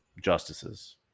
justices